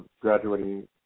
graduating